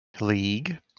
League